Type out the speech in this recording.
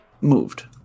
moved